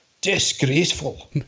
disgraceful